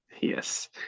yes